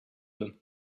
them